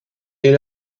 est